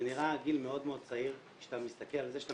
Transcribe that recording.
זה נראה גיל מאוד מאוד צעיר כשאתה מסתכל על זה שאתה